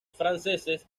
franceses